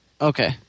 Okay